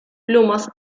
plumas